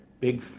big